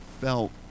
felt